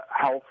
health